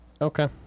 Okay